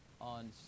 on